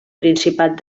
principat